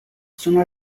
sono